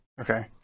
Okay